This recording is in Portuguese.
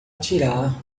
atirar